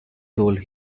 told